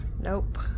nope